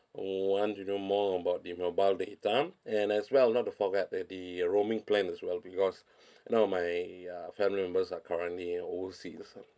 hmm want to know more about the mobile data time and as well not to forget that the uh roaming plan as well because now my uh family members are currently in overseas